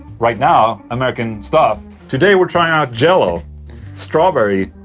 right now, american stuff today we're trying out jello strawberry.